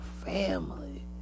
family